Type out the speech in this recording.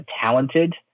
talented